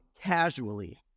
casually